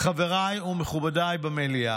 חבריי ומכובדיי במליאה.